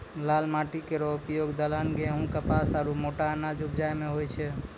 लाल माटी केरो उपयोग दलहन, गेंहू, कपास आरु मोटा अनाज उपजाय म होय छै